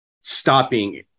Stopping